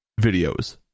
Videos